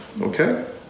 Okay